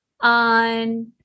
on